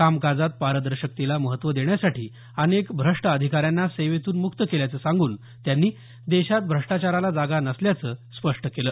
कामकाजात पारदर्शकतेला महत्त्व देण्यासाठी अनेक भ्रष्ट अधिकाऱ्यांना सेवेतून मुक्त केल्याचं सांगून त्यांनी देशात भ्रष्टाचाराला जागा नसल्याचं स्पष्ट केलं